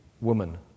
woman